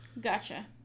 gotcha